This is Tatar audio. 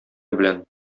белән